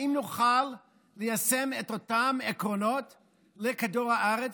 האם נוכל ליישם את אותם עקרונות לכדור הארץ?